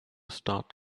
start